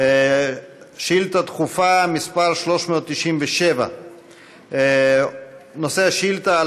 שאילתה דחופה מס' 397. נושא השאילתה: